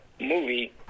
movie